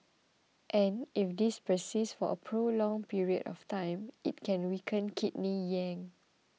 and if this persists for a prolonged period of time it can weaken kidney yang